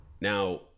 Now